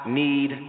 need